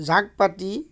জাক পাতি